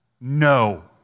no